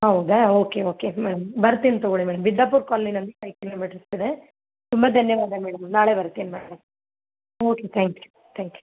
ಹೌದಾ okay okay madam ಬರ್ತಿನಿ ತಗೋಳ್ಳಿ ಮೇಡಮ್ ಬಿದ್ದಾಪುರ ಕಾಲೋನಿನಲ್ಲಿ ಐದು ಕಿಲೋಮೀಟ್ರ್ಸ್ ಇದೆ ತುಂಬಾ ಧನ್ಯವಾದ ಮ್ಯಾಮ್ ನಾಳೆ ಬರ್ತೀನಿ ma'am okay thank you thank you